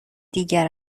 دیگر